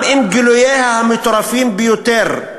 גם עם גילוייה המטורפים ביותר,